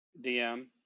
DM